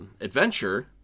Adventure